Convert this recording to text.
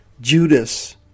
Judas